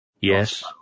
Yes